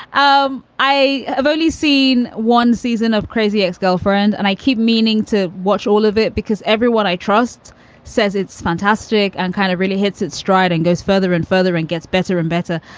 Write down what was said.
um i have only seen one season of crazy ex-girlfriend and i keep meaning to watch all of it because everyone i trust says it's fantastic and kind of really hits its stride and goes further and further and gets better and better.